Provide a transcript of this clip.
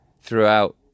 throughout